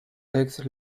aix